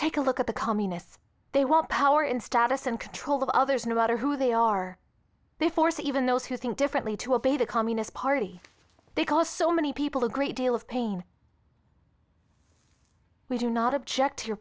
take a look at the communists they want power in status and control of others no matter who they are they force even those who think differently to obey the communist party because so many people a great deal of pain we do not object to your